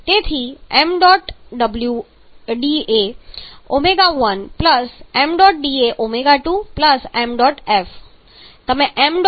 તેથી ṁda ω1 ṁda ω2 ṁf તમે ṁf